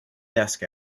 desk